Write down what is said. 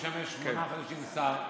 שמשמש שמונה חודשים שר.